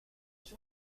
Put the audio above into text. چون